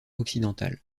occidental